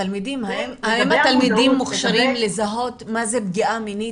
האם התלמידים מוכשרים לזהות מה זה פגיעה מינית?